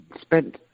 spent